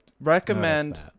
recommend